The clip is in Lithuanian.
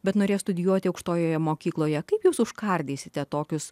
bet norės studijuoti aukštojoje mokykloje kaip jūs užkardysite tokius